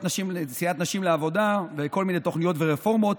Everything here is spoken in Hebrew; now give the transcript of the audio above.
נשים לעבודה בכל מיני תוכניות ורפורמות.